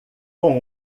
com